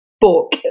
book